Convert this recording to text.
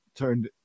turned